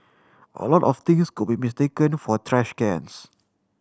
a lot of things could be mistaken for trash cans